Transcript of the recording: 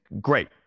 Great